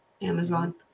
Amazon